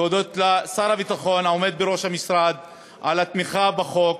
להודות לשר הביטחון העומד בראש המשרד על התמיכה בחוק,